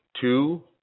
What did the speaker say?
two